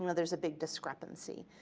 you know there's a big discrepancy.